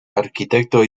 arquitecto